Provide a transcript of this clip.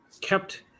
kept